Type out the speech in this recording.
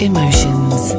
Emotions